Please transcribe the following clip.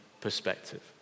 perspective